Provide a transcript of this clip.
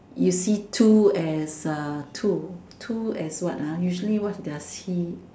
you see two as uh two two as what ah usually what's their T